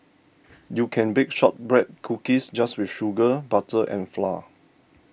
you can bake Shortbread Cookies just with sugar butter and flour